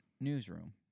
newsroom